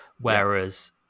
Whereas